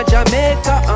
Jamaica